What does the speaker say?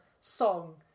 song